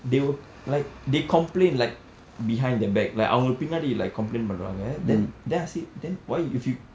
they will like they complain like behind their back like அவங்க பின்னாடி:avnka pinnadi like complain பண்ணுவாங்க:pannuvaanka then then I say then why if you